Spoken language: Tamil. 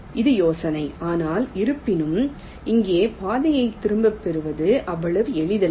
இது யோசனை ஆனால் இருப்பினும் இங்கே பாதையை திரும்பப் பெறுவது அவ்வளவு எளிதல்ல